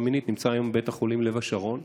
מינית נמצא היום בבית החולים לב השרון.